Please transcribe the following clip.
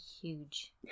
Huge